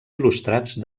il·lustrats